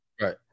Right